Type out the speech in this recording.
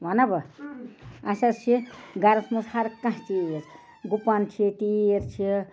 وَنا بہٕ اَسہِ حظ چھِ گَرَس منٛز ہر کانٛہہ چیٖز گُپَن چھِ تیٖر چھِ